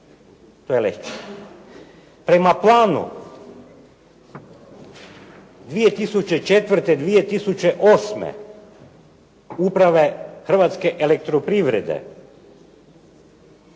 razumije. Prema planu 2004., 2008. Uprava Hrvatske elektroprivrede